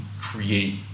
create